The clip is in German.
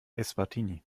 eswatini